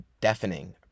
deafening